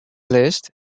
least